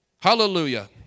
Hallelujah